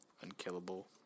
unkillable